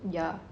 ya